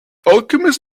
alchemist